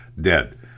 dead